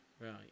right